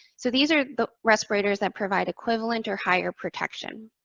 so these are the respirators that provide equivalent or higher protection.